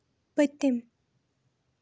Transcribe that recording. پٔتِم